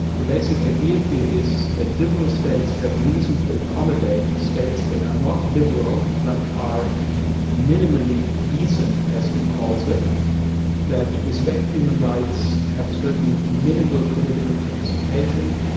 the basic idea here is that liberal states have reason to accommodate states that are not liberal but are minimally decent, as he calls it that respect human rights, have certain minimal political participation,